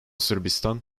sırbistan